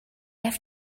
have